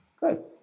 good